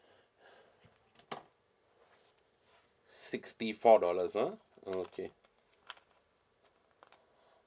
sixty four dollars ah okay